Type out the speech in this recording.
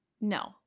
no